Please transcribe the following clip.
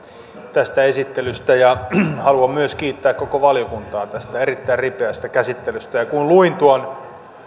tästä esittelystä ja haluan myös kiittää koko valiokuntaa tästä erittäin ripeästä käsittelystä ja kun luin tuon